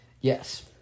Yes